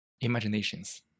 imaginations